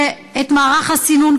שאת מערך הסינון,